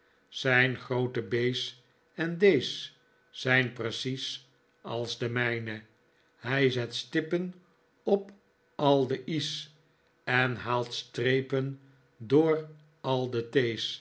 zijn groote b's en d's zijn precies als de mijne hij zet stippen op al de i's en haalt strepen door al de